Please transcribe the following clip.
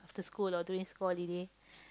after school or during school holiday